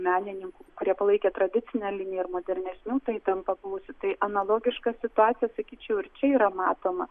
menininkų kurie palaikė tradicinę liniją ir modernesnių ta įtampa buvusi tai analogiška situacija sakyčiau ir čia yra matoma